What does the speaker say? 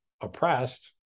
oppressed